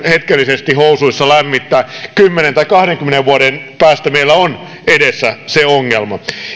hetkellisesti housuissa lämmittää kymmenen tai kahdenkymmenen vuoden päästä meillä on edessä se ongelma